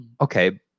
okay